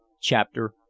Chapter